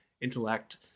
intellect